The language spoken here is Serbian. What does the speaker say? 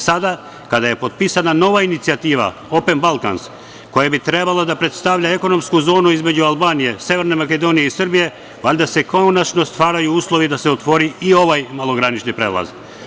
Sada kada je potpisana nova inicijativa „Open Balkans“ koja bi trebalo da predstavlja ekonomsku zonu između Albanije, Severne Makedonije i Srbije valjda se konačno stvaraju uslovi da se otvori i ovaj malogranični prelaz.